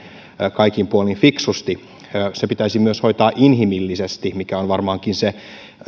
kaikin puolin fiksusti se pitäisi myös hoitaa inhimillisesti mikä on varmaankin se